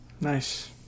Nice